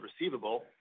receivable